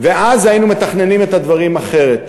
כאילו מפלגות הקואליציה מתנהלות באחריות,